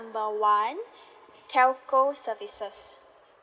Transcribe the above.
number one telco services